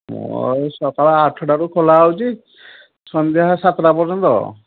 ମୁଁ ସକାଳ ଆଠଟାରୁ ଖୋଲା ହେଉଛି ସନ୍ଧ୍ୟା ସାତଟା ପର୍ଯ୍ୟନ୍ତ